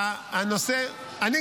הוא מסביר.